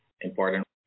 important